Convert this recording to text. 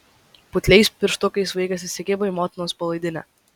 putliais pirštukais vaikas įsikibo į motinos palaidinę